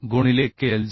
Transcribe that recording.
गुणिले KLz